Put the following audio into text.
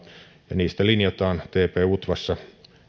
niistä linjataan tp utvassa